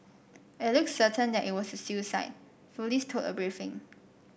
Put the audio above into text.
it looks certain that it was a suicide police told a briefing